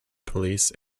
police